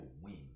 win